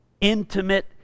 intimate